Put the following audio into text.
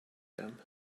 them